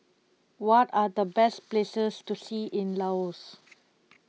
what are the best places to see in Laos